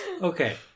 Okay